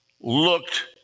looked